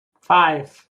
five